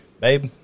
babe